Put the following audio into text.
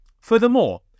Furthermore